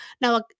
Now